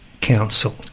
council